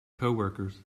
coworkers